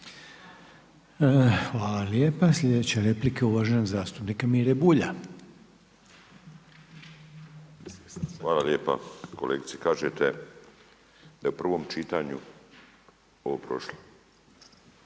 Hvala lijepa. Sljedeća replika je uvaženog zastupnika Mire Bulja. **Bulj, Miro (MOST)** Hvala lijepa. Kolegice kažete da je u prvom čitanju ovo prošlo.